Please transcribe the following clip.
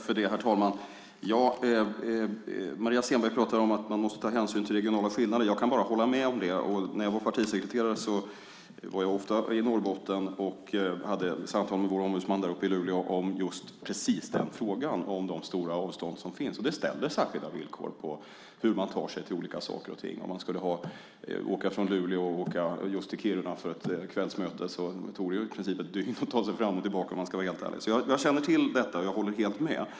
Herr talman! Maria Stenberg talar om att man måste ta hänsyn till lokala skillnader. Jag kan bara hålla med om det. När jag var partisekreterare var jag ofta i Norrbotten och hade samtal med vår ombudsman i Luleå om just frågan om de stora avstånd som finns. Det ställer särskilda krav på hur man tar sig till olika saker och ting. Om man ska åka från Luleå till Kiruna för ett kvällsmöte tar det i princip ett dygn att ta sig fram och tillbaka om man ska vara helt ärlig. Jag känner till detta, och jag håller helt med.